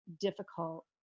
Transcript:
difficult